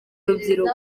rubyiruko